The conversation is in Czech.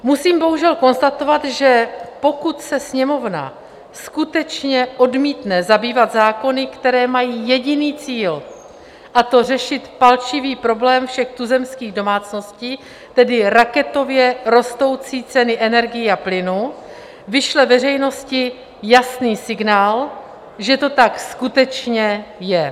Musím bohužel konstatovat, že pokud se Sněmovna skutečně odmítne zabývat zákony, které mají jediný cíl, a to řešit palčivý problém všech tuzemských domácností, tedy raketově rostoucí ceny energií a plynu, vyšle veřejnosti jasný signál, že to tak skutečně je.